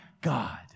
God